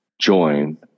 join